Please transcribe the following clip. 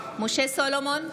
משה סולומון,